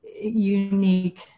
unique